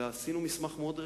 הכנו מסמך מאוד רציני,